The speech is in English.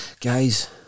guys